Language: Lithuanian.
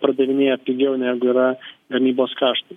pardavinėja pigiau negu yra gamybos kaštai